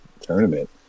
tournament